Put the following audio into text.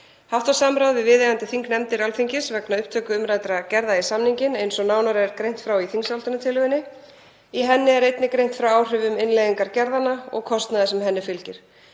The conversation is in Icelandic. Haft var samráð við viðeigandi þingnefndir Alþingis vegna upptöku umræddra gerða í samninginn eins og nánar er greint frá í þingsályktunartillögunni. Í henni er einnig greint frá áhrifum innleiðingar gerðanna og kostnaði sem henni fylgir.